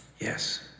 Yes